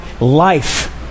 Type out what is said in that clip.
life